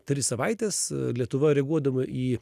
tris savaites lietuva reaguodama į